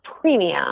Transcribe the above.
premium